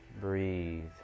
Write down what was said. breathe